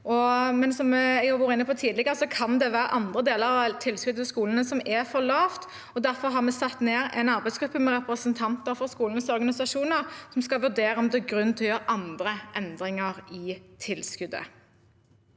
Men som jeg har vært inne på tidligere, kan det være andre deler av tilskuddet til skolene som er for lavt, og derfor har vi satt ned en arbeidsgruppe med representanter fra skolenes organisasjoner som skal vurdere om det er grunn til å gjøre andre endringer i tilskuddet.